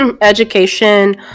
education